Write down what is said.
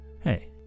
Hey